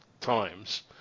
times